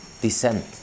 descent